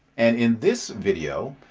and in this video,